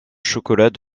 chocolat